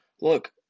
look